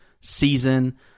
season